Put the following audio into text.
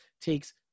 takes